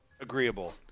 agreeable